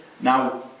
now